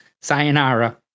sayonara